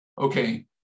okay